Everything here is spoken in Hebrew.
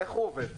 איך זה עובד?